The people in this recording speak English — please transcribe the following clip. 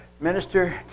Minister